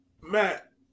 Matt